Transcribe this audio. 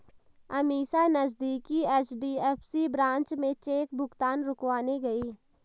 अमीषा नजदीकी HDFC branch में चेक भुगतान रुकवाने गई